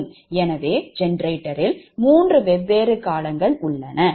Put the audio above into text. எனவே ஜெனரேட்டரில் மூன்று வெவ்வேறு காலங்கள் உள்ளன